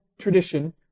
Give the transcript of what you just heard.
tradition